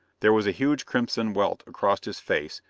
there was a huge crimson welt across his face,